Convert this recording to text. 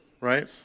right